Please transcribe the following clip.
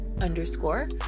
underscore